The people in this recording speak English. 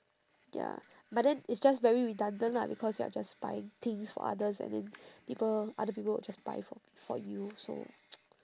ya but then it's just very redundant lah because you are just buying things for others and then people other people will just buy for for you so